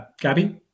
Gabby